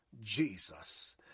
Jesus